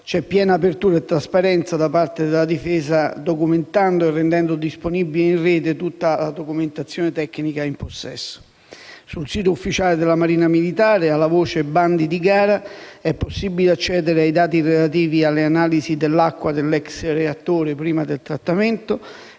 c'è piena apertura e trasparenza da parte della Difesa, documentando e rendendo disponibile in rete tutta la documentazione tecnica in possesso. Sul sito ufficiale della Marina militare, alla voce "bandi di gara", è possibile accedere ai dati relativi alle analisi dell'acqua dell'*ex* reattore prima del trattamento,